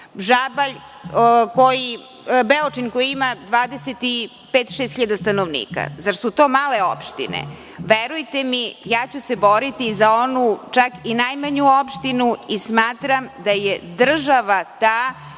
Beočin, koji ima 25-26 hiljada stanovnika. Zar su to male opštine? Verujte mi, ja ću se boriti i za onu čak i najmanju opštinu i smatram da je država ta